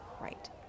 Right